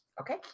Okay